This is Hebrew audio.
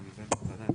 אחת,